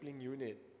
unit